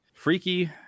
Freaky